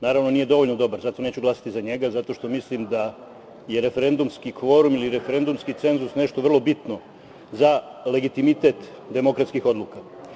Naravno, nije dovoljno dobar, zato neću glasati za njega, zato što mislim da je referendumski kvorum ili referendumski cenzus nešto vrlo bitno za legitimitet demokratskih odluka.